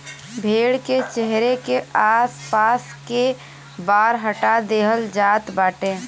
भेड़ के चेहरा के आस पास के बार हटा देहल जात बाटे